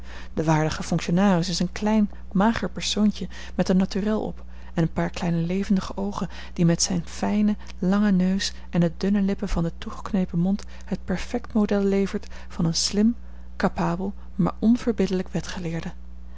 de waardige fonctionaris is een klein mager persoontje met een naturel op en een paar kleine levendige oogen die met zijn fijnen langen neus en de dunne lippen van den toegeknepen mond het perfect model levert van een slim capabel maar onverbiddelijk